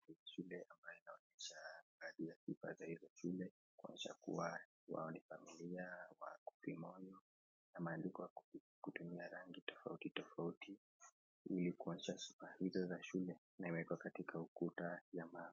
Shule ambalo linaonyesha sheria za shule, kuashwa kuwa wao ni familia wa kupima na maandiko kutumia rangi tofauti tofauti ili kuashwa sheria hizo za shule na imewekwa katika ukuta ya mawe.